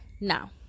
now